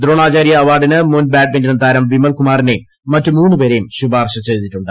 ദ്രോണാചാര്യ അവാർഡിന് മുൻ ബാഡ്മിന്റൺ താരം വിമൽ കുമാറിനെയും മറ്റ് മൂന്ന് പേരെയും ശുപാർശ ചെയ്തിട്ടുണ്ട്